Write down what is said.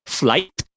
flight